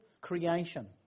creation